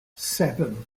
seven